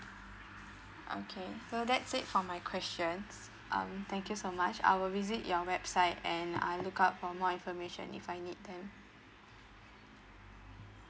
okay so that's it for my questions um thank you so much I will visit your website and I look up for more information if I need them